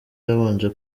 yabanje